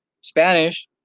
spanish